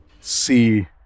see